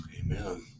Amen